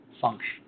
function